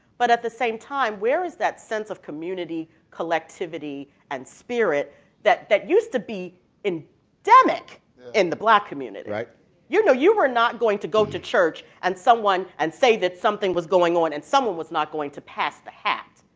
but at the same time, where is that sense of community, collectivity and spirit that that used to be endemic in the black community? you know you were not going to go to church and someone and say that something was going on and someone was not going to pass the hat.